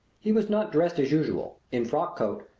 he was not dressed as usual in frock coat,